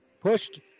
pushed